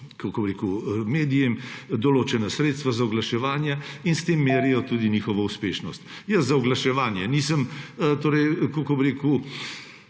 medijem določena sredstva za oglaševanje in s tem merijo tudi njihovo uspešnost. Jaz za oglaševanje nisem človek, ki bi se